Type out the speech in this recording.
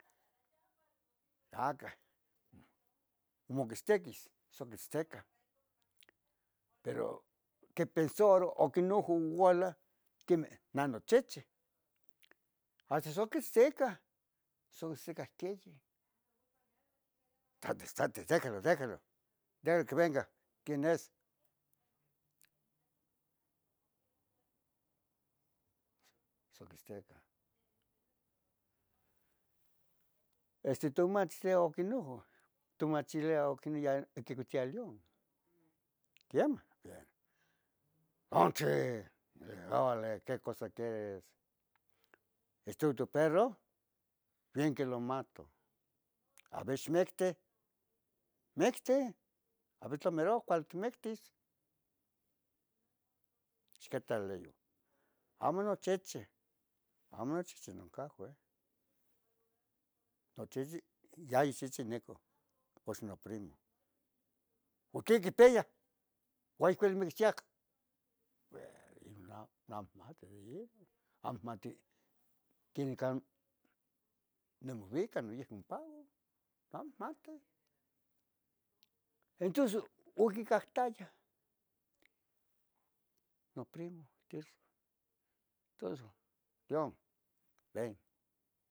tlacah moquitztequis son quitztecah pero que quipensaroh aquinoh oualah, quemeh nah nochichi hasta so quitztica, so quitztica, so quitzticah queyeh, estate, estate dejalo, dejo, dejalo que venga quien es. So quitzteca este tomatis tlen oquinojoh, ¿tomachilia oquina, quicuitzauilia Leon?. Quemah bien, Onchi, orale que cosa quieres, es tu, tu perro, bien que lo mato ¿aver ixmicti?, ixmicti, aver tla mero cuali itmictis. Ixquita Lio amo no chichi, amo nochichi nocan jue, nochichi ya ichichi necoh cox noprimo, otliquiteyah cuaycuili milichiac, we, nah, nah amo mate de yehua, amo mati quenin can nimovicah non yeh ompao, amo inmati. Entons oquicactayah noprimo Tirso. Tos Jon ven